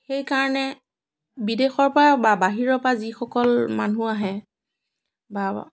সেই কাৰণে বিদেশৰ পৰা বা বাহিৰৰ পৰা যিসকল মানুহ আহে বা